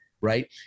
right